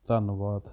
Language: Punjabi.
ਧੰਨਵਾਦ